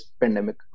pandemic